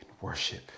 worship